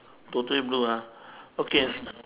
totally blue ah okay